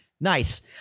Nice